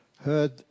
heard